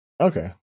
Okay